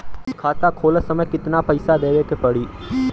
खाता खोलत समय कितना पैसा देवे के पड़ी?